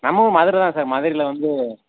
நம்மளும் மதுரை தான் சார் மதுரையில் வந்து